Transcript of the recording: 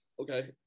Okay